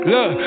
Look